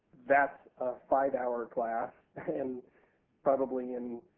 thatis a five-hour class, and probably in